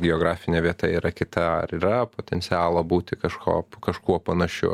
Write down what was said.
geografinė vieta yra kita ar yra potencialo būti kažko kažkuo panašiu